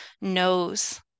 knows